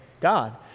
God